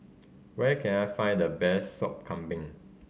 where can I find the best Sop Kambing